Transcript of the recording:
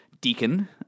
Deacon